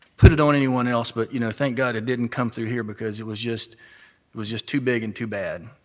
put it on anyone else, but, you know, thank god it didn't come through here because it was just was just too big and too bad,